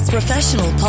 Professional